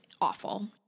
awful